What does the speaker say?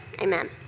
Amen